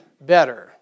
better